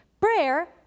prayer